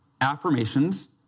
affirmations